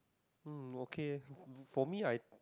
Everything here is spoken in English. um okay eh for me I